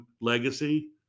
legacy